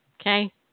okay